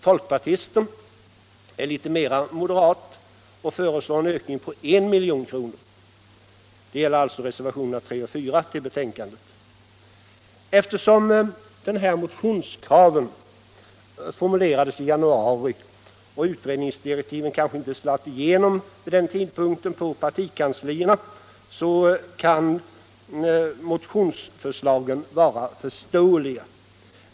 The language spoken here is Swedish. Folkpartisten i utskottet är litet mera moderat och föreslår en ökning på 1000 000 kr. Eftersom motionskraven formulerades i januari och utredningsdirektiven kanske inte slagit igenom på partikanslierna vid den tidpunkten, kan motionsförslagen vara förståeliga.